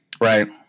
Right